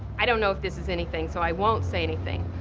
i don't know if this is anything so i won't say anything.